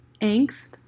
angst